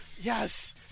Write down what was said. Yes